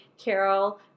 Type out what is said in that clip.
Carol